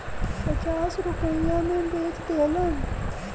पचास रुपइया मे बेच देहलन